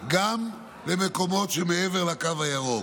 גם במקומות שמעבר לקו הירוק,